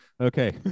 okay